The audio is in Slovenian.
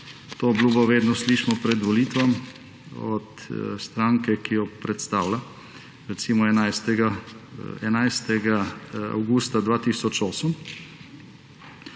to obljubo vedno slišimo pred volitvami od stranke, ki jo predstavlja. Recimo 11. avgusta 2008